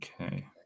Okay